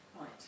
Right